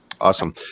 Awesome